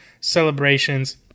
celebrations